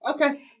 Okay